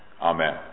Amen